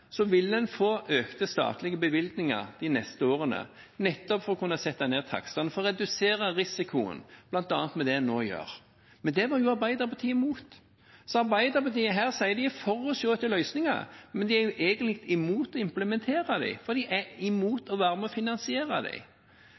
vil en få økte statlige bevilgninger de neste årene, nettopp for å kunne sette ned takstene, for å redusere risikoen, bl.a. ved det en nå gjør. Det var Arbeiderpartiet imot. Arbeiderpartiet sier her at de er for å se etter løsninger, men de er egentlig imot å implementere dem, for de er imot å være med og finansiere